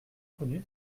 connu